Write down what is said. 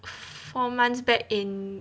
four months back in